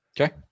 Okay